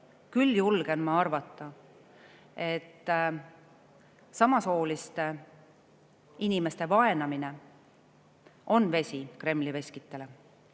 Küll julgen ma arvata, et samasooliste [paaride] vaenamine on vesi Kremli veskitele.